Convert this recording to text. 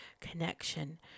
connection